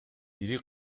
ири